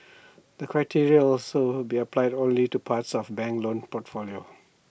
the criteria also be applied only to parts of bank's loan portfolio